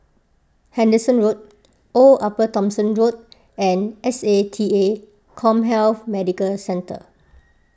Henderson Road Old Upper Thomson Road and S A T A CommHealth Medical Centre